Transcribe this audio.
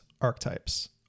archetypes